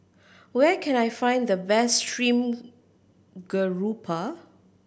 where can I find the best stream grouper